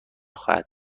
خواهد